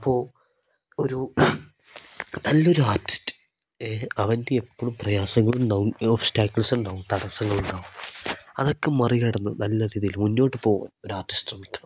അപ്പോൾ ഒരു നല്ലൊരു ആർട്ടിസ്റ്റ് അവൻ്റെ എപ്പോഴും പ്രയാസങ്ങളുണ്ടാവും ഒബ്സ്റ്റാക്ക്ൾസ് ഉണ്ടാവും തടസ്സങ്ങളുണ്ടാവും അതൊക്കെ മറികടന്ന് നല്ല രീതിയിൽ മുന്നോട്ട് പോകൻ ഒരു ആർട്ടിസ്റ്റ് ശ്രമിക്കണം